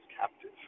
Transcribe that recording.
captive